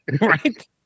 Right